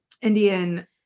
Indian